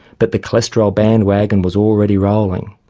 but the cholesterol bandwagon was already rolling,